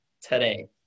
today